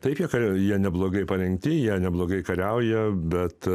tai tiek kad jie neblogai parengti jie neblogai kariauja bet